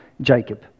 Jacob